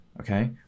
Okay